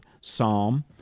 psalm